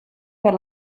per